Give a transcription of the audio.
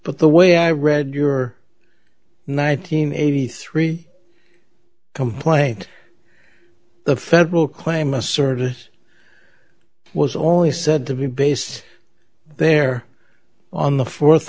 but the way i read your nine hundred eighty three complaint the federal claim a service was only said to be based there on the fourth